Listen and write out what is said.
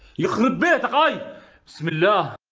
yeah appeared i swear